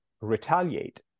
retaliate